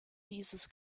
dieses